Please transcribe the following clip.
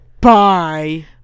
Bye